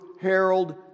Harold